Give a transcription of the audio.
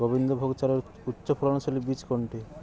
গোবিন্দভোগ চালের উচ্চফলনশীল বীজ কোনটি?